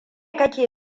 kake